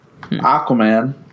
Aquaman